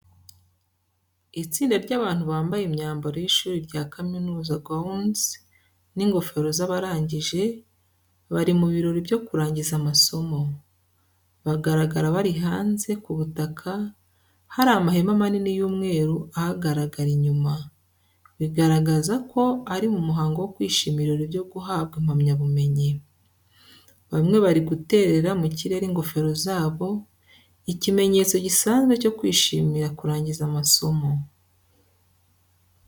Itsinda ry’abantu bambaye imyambaro y’ishuri rya kaminuza (gowns) n’ingofero z’abarangije, bari mu birori byo kurangiza amasomo. Bagaragara bari hanze, ku butaka, hari amahema manini y’umweru ahagarara inyuma, bigaragaza ko ari mu muhango wo kwishimira ibirori byo guhabwa impamyabumenyi. Bamwe bari guterera mu kirere ingofero zabo, ikimenyetso gisanzwe cyo kwishimira kurangiza amasomo.